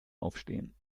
aufstehen